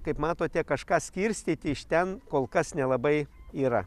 kaip matote kažką skirstyti iš ten kol kas nelabai yra